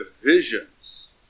divisions